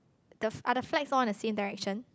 the are the flags all in the same direction